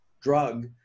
drug